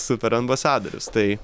super ambasadorius tai